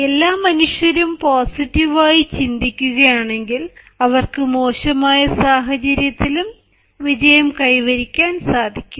എല്ലാ മനുഷ്യരും പോസിറ്റീവ് ആയി ചോദിക്കുകയാണെങ്കിൽ അവർക്ക് മോശമായ സാഹചര്യത്തിലും വിജയം കൈവരിക്കാൻ സാധിക്കും